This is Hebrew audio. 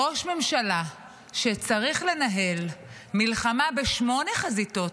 ראש ממשלה שצריך לנהל מלחמה כבר בשמונה חזיתות